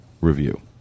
review